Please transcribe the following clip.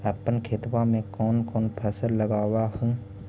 अपन खेतबा मे कौन कौन फसल लगबा हू?